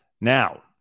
Now